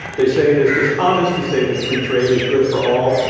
they say it is dishonest to say that free trade is good for all,